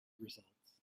results